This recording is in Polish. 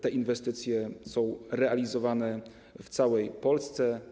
Te inwestycje są realizowane w całej Polsce.